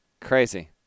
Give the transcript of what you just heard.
Crazy